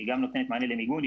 היא גם נותנת מענה למיגון,